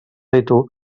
ritu